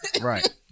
Right